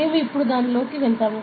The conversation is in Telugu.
మేము ఇప్పుడు దానిలోకి వెళ్తాము